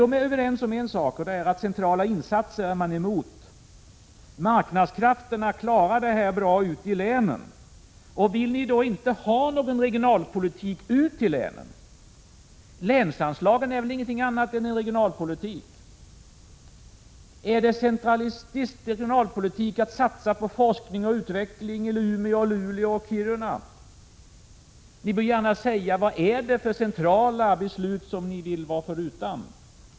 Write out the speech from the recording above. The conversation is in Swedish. De är överens om en sak, och det är att de är emot centrala insatser — marknadskrafterna klarar dessa frågor bra ute i länen. Vill ni då inte ha någon regionalpolitik ut till länen? Länsanslagen är väl ingenting annat än inslag i regionalpolitiken. Är det centralistisk regionalpolitik att satsa på forskning och utveckling i Umeå, Luleå och Kiruna? Ni bör tala om vilka centrala beslut ni vill vara förutan.